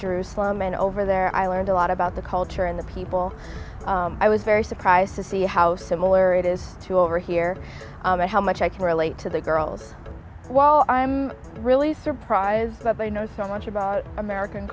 jerusalem and over there i learned a lot about the culture and the people i was very surprised to see how similar it is to over here and how much i can relate to the girls while i'm really surprised that they know so much about american